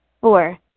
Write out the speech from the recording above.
Four